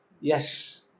Yes